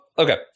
Okay